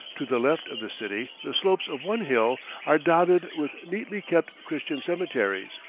to the left of the city the slopes of one hill are dotted with neatly kept christian cemeteries,